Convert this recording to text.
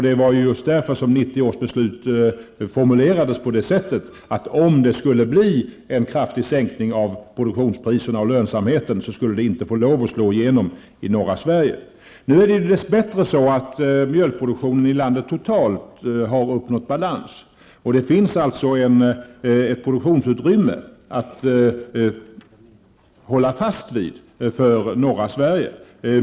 Det var just därför som 1990 års beslut formulerades så, att om det skulle bli en kraftig sänkning av produktionspriserna och lönsamheten, skulle det inte få lov att slå igenom i norra Sverige. Nu är det dess bättre så att mjölkproduktionen i landet totalt sett har uppnått balans. Det finns alltså ett produktionsutrymme att hålla fast vid för norra Sverige.